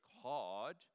hard